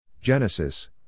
Genesis